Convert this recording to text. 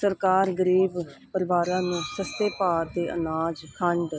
ਸਰਕਾਰ ਗਰੀਬ ਪਰਿਵਾਰਾਂ ਨੂੰ ਸਸਤੇ ਭਾਅ 'ਤੇ ਅਨਾਜ ਖੰਡ